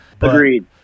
agreed